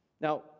Now